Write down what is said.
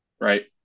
right